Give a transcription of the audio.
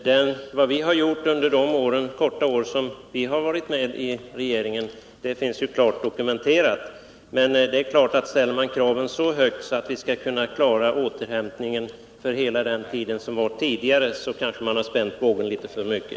Herr talman! Vad vi gjort under den korta tid som vi varit med i regeringen finns klart dokumenterat. Men det är självklart att ställer man kraven så högt att vi skall kunna klara en återhämtning för hela den tid som varit tidigare så kanske man spänner bågen litet för mycket.